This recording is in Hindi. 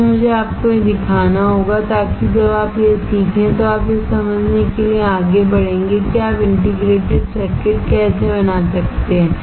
क्यों मुझे आपको यह सिखाना होगा ताकि जब आप यह सीखें तो आप यह समझने के लिए आगे बढ़ेंगे कि आप इंटीग्रेटेड सर्किट कैसे बना सकते हैं